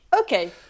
Okay